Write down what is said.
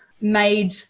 made